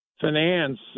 finance